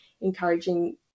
encouraging